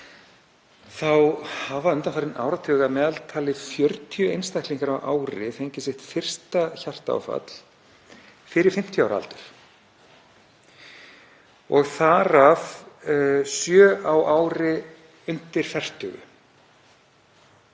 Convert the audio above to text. hafa undanfarinn áratug að meðaltali 40 einstaklingar á ári fengið sitt fyrsta hjartaáfall fyrir 50 ára aldur og þar af sjö á ári undir